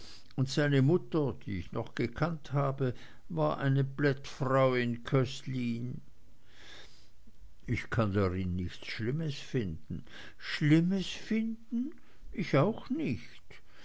und seine mutter die ich noch gekannt habe war eine plättfrau in köslin ich kann darin nichts schlimmes finden schlimmes finden ich auch nicht